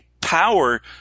power